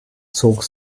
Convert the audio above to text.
zog